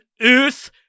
earth